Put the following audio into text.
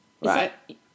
right